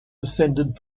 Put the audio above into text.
descended